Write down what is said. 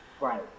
Right